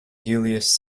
julius